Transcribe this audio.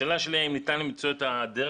השאלה שלי האם ניתן למצוא את הדרך